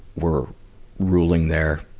were ruling there,